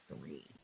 three